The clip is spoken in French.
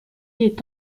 est